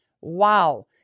Wow